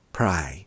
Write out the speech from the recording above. pray